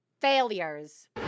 Failures